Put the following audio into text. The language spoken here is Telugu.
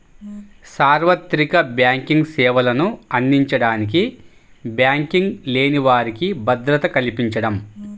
సార్వత్రిక బ్యాంకింగ్ సేవలను అందించడానికి బ్యాంకింగ్ లేని వారికి భద్రత కల్పించడం